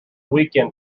weekend